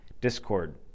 discord